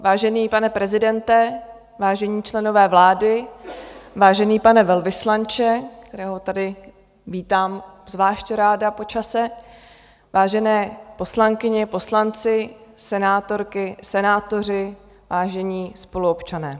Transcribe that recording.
Vážený pane prezidente, vážení členové vlády, vážený pane velvyslanče, kterého tady vítám zvlášť ráda po čase, vážené poslankyně, poslanci, senátorky, senátoři, vážení spoluobčané.